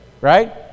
Right